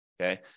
okay